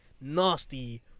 nasty